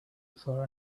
before